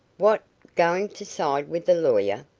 what, going to side with the lawyer?